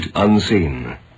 Unseen